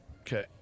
Okay